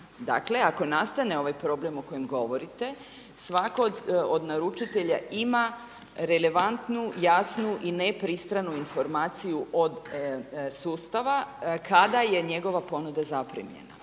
Dakle ako nastane ovaj problem o kojem govorite svako od naručitelja ima relevantnu, jasnu i ne pristranu informaciju od sustava kada je njegova ponuda zaprimljena,